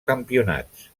campionats